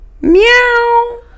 Meow